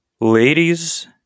ladies